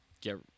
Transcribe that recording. get